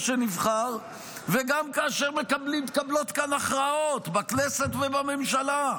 שנבחר וגם כאשר מתקבלות כאן הכרעות בכנסת ובממשלה.